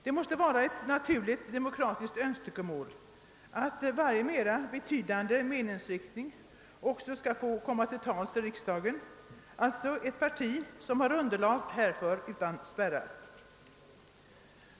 Det måste vara ett naturligt demokratiskt önskemål att varje mera betydande meningsyttring i form av ett parti får komma till tals i riksdagen om det finns underlag härför, utan spärrar.